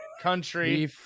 country